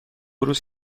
روز